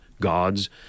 gods